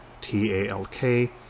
T-A-L-K